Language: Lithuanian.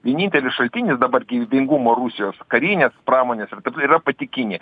vienintelis šaltinis dabar gyvybingumo rusijos karinės pramonės yra pati kinija